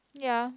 ya